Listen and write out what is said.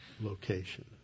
location